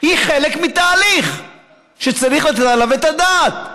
הוא חלק מתהליך שצריך לתת עליו את הדעת.